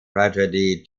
tragedy